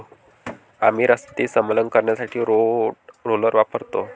आम्ही रस्ते समतल करण्यासाठी रोड रोलर वापरतो